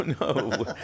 no